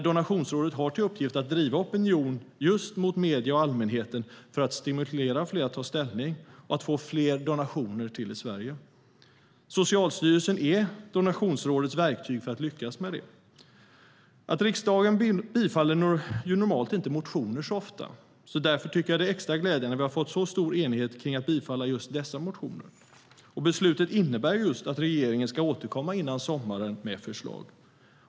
Donationsrådet har till uppgift att driva opinion gentemot medierna och allmänheten för att stimulera fler att ta ställning och att få fler donationer i Sverige. Socialstyrelsen är Donationsrådets verktyg för att lyckas med det. Riksdagen bifaller inte motioner så ofta. Därför tycker jag att det är extra glädjande att vi har fått så stor enighet kring att bifalla just dessa motioner. Beslutet innebär att regeringen ska återkomma före sommaren med förslag.